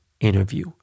interview